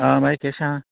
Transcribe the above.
आं बाय केशें आहा